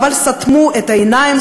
אבל סתמו את העיניים,